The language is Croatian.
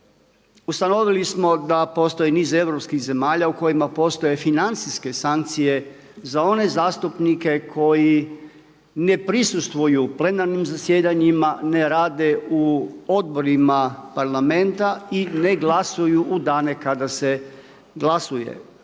ustanovili smo da postoji niz europskih zemalja u kojima postoje financijske sankcije za one zastupnike koji ne prisustvuju plenarnim zasjedanjima, ne rade u odborima parlamenta i ne glasuju u dane kada se glasuje.